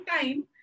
time